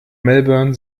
melbourne